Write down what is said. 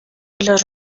los